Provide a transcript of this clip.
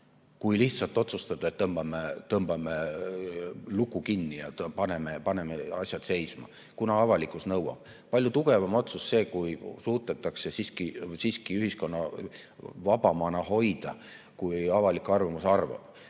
kui lihtsalt otsustada, et tõmbame luku kinni ja paneme asjad seisma, kuna avalikkus nõuab. Palju tugevam otsus on see, kui suudetakse siiski ühiskonda vabamana hoida, kui avalik arvamus arvab.